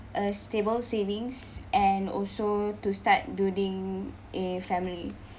uh stable savings and also to start building a family